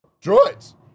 droids